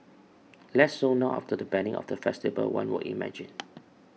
less so now after the banning of the festival one would imagine